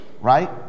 right